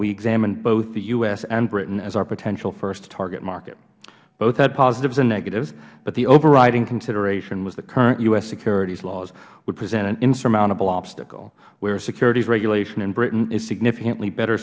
we examined both the u s and britain as our potential first target market both had positives and negatives but the overriding consideration was the current u s securities laws would present an insurmountable obstacle where securities regulation in britain is significantly better